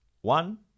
One